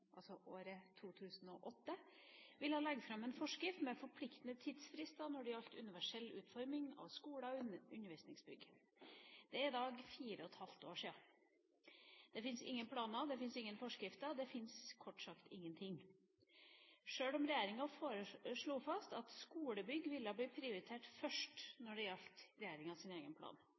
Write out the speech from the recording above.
altså året 2008, ville legge fram en forskrift med forpliktende tidsfrister når det gjaldt universell utforming av skoler og undervisningsbygg. Det er nå fire og et halvt år siden. Det fins ingen planer, det fins ingen forskrifter, det fins kort sagt ingenting, sjøl om regjeringa slo fast at skolebygg ville bli prioritert først når det gjaldt regjeringas egen plan.